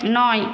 নয়